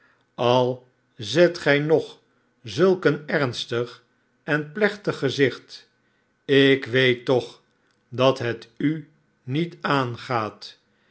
al zet gij nog zulk een ernstig en plechtig gezicht ik weet toch dat het u niet aangaat